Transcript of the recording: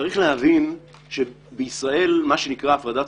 צריך להבין שבישראל יש מה שנקרא הפרדת